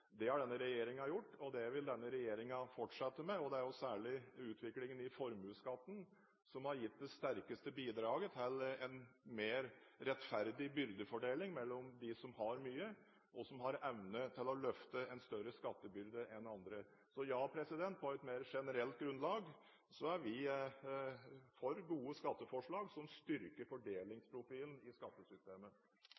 Det har denne regjeringen gjort, og det vil denne regjeringen fortsette med. Det er særlig utviklingen i formuesskatten som har gitt det sterkeste bidraget til en mer rettferdig byrdefordeling mellom dem som har mye, og som har evne til å løfte en større skattebyrde enn andre, og dem som har lite. Så ja, på et mer generelt grunnlag er vi for gode skatteforslag som styrker